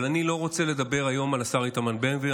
אבל אני לא רוצה לדבר היום על השר איתמר בן גביר,